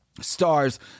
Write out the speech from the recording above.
stars